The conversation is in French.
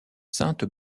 sainte